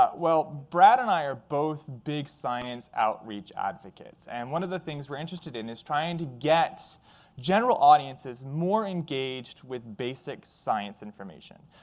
but well, brad and i are both big science outreach advocates. and one of the things we're interested in is trying to get general audiences more engaged with basic science information.